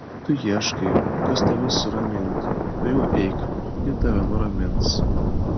tu ieškai kas tave suramintų tuojau eik ji tave nuramins